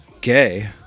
gay